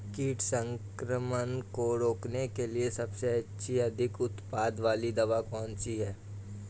कीट संक्रमण को रोकने के लिए सबसे अच्छी और अधिक उत्पाद वाली दवा कौन सी है?